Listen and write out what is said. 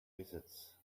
wizards